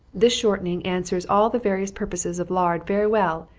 this shortening answers all the various purposes of lard very well,